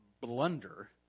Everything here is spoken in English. blunder